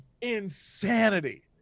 insanity